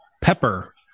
pepper